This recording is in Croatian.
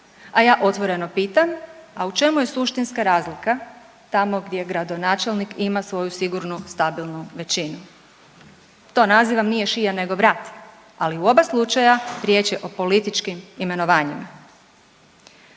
a ja otvoreno pitam, a u čemu je suštinska razlika tamo gdje gradonačelnik ima svoju sigurnu stabilnu većinu? To nazivam nije šija nego vrat, ali u oba slučaja riječ je o političkim imenovanjima.